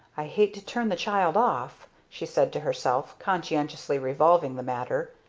i hate to turn the child off, she said to herself, conscientiously revolving the matter.